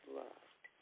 loved